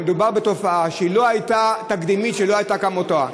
אלא מדובר בתופעה תקדימית שלא הייתה כמותה,